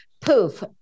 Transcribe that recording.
poof